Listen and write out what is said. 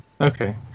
Okay